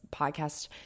podcast